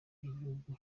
by’igihugu